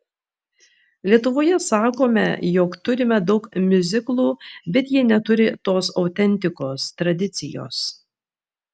lietuvoje sakome jog turime daug miuziklų bet jie neturi tos autentikos tradicijos